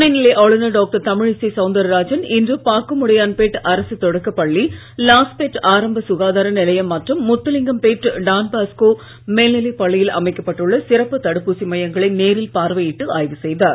துணை நிலை ஆளுநர் டாக்டர் தமிழிசை சவுந்தரராஜன் இன்று பாக்கமுடையான்பேட் அரசு தொடக்கப் பள்ளி லாஸ்பேட் ஆரம்ப சுகாதார நிலையம் மற்றும் முத்துலிங்கம்பேட் டான்பாஸ்கோ மேல்நிலைப் பள்ளியில் அமைக்கப்பட்டுள்ள சிறப்பு தடுப்பூசி மையங்களை நேரில் பார்வையிட்டு ஆய்வு செய்தார்